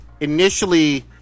initially